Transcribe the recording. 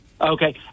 Okay